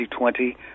2020